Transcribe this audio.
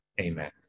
Amen